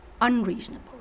unreasonable